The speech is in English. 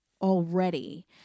already